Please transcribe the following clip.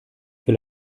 will